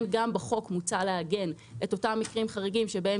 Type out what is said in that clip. גם בחוק מוצע לעגן את אותם מקרים חריגים שבהם